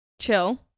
chill